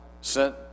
sent